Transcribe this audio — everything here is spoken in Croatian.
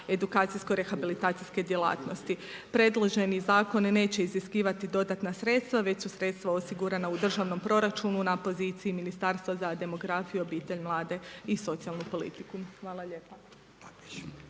edukacijsko rehabilitacijske djelatnosti. Predloženi zakon neće iziskivati dodatna sredstva već su sredstva osigurana u državnom proračunu na poziciji Ministarstva za demografiju, obitelj, mlade i socijalnu politiku. Hvala lijepa.